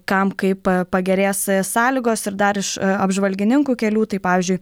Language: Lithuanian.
kam kaip pagerės sąlygos ir dar iš apžvalgininkų kelių tai pavyzdžiui